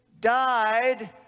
died